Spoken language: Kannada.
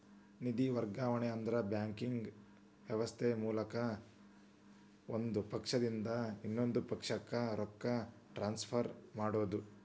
ನಿಧಿ ವರ್ಗಾವಣೆ ಅಂದ್ರ ಬ್ಯಾಂಕಿಂಗ್ ವ್ಯವಸ್ಥೆ ಮೂಲಕ ಒಂದ್ ಪಕ್ಷದಿಂದ ಇನ್ನೊಂದ್ ಪಕ್ಷಕ್ಕ ರೊಕ್ಕ ಟ್ರಾನ್ಸ್ಫರ್ ಮಾಡೋದ್